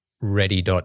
Ready